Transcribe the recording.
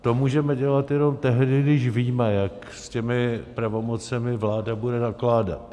To můžeme dělat jenom tehdy, když víme, jak s těmi pravomocemi vláda bude nakládat.